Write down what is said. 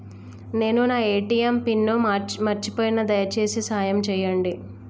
నేను నా ATM PIN మర్చిపోయిన, దయచేసి సాయం చేయండి